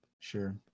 sure